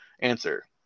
Answer